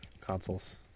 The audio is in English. consoles